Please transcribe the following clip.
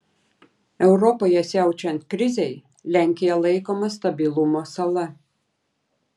europoje siaučiant krizei lenkija laikoma stabilumo sala